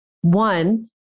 One